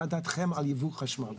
מה דעתכם על ייבוא חשמל?